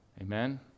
Amen